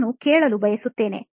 ನಾನು ಕೇಳಲು ಬಯಸುತ್ತೇನೆ